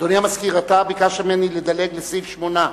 אדוני המזכיר, אתה ביקשת ממני לדלג לסעיף 8,